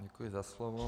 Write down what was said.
Děkuji za slovo.